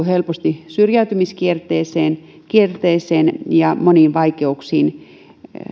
helposti syrjäytymiskierteeseen ja moniin vaikeuksiin